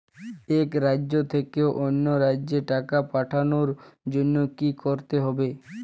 এক রাজ্য থেকে অন্য রাজ্যে টাকা পাঠানোর জন্য কী করতে হবে?